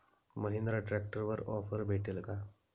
महिंद्रा ट्रॅक्टरवर ऑफर भेटेल का?